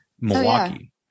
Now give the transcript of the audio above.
Milwaukee